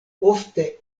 ofte